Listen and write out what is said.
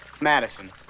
Madison